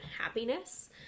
happiness